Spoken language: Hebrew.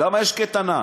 כי יש קייטנה.